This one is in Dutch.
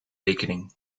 rekening